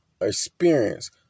experience